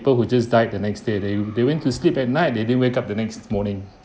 people who just died the next day they they went to sleep at night they didn't wake up the next morning